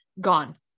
gone